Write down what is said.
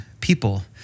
people